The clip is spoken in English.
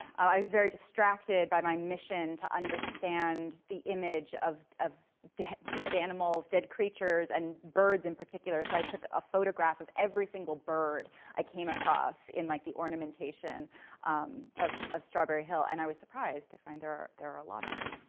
i was very distracted by my mission to understand the image of ah dead dead animals, dead creatures, and birds, in particular, so i took a photograph of every single bird i came across, in like the ornamentation of of strawberry hill, and i was surprised to find there ah there a lot of them.